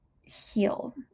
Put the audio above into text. heal